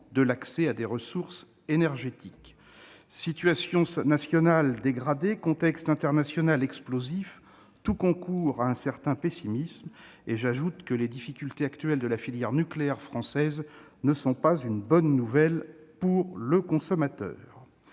de l'accès à des ressources énergétiques. Situation sociale nationale dégradée, contexte international explosif : tout concourt à un certain pessimisme. J'ajoute que les difficultés actuelles de la filière nucléaire française ne sont pas une bonne nouvelle pour le consommateur.